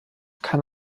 kann